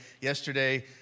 yesterday